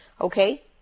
okay